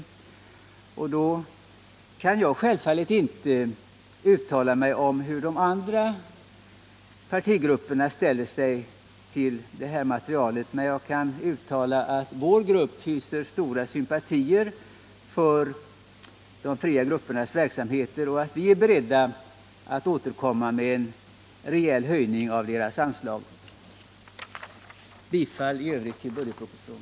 Jag kan självfallet inte yttra mig om hur de andra partierna kommer att ställa sig till det här materialet. Men jag kan uttala att vårt parti hyser stora sympatier för de fria gruppernas verksamhet och att vi är beredda att återkomma med förslag om en rejäl höjning av deras anslag. Jag yrkar bifall till utskottets hemställan.